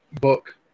book